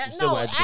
No